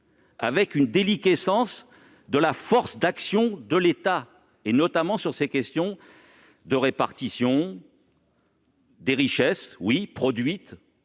à une déliquescence de la force d'action de l'État, notamment sur ces questions de répartition des richesses. Il est